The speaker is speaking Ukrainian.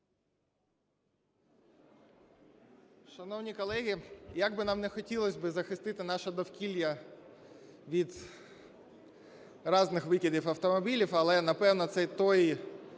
Шановні колеги, якби нам не хотілося захистити наше довкілля від різних викидів автомобілів, але, напевно, це той